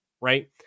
right